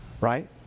Right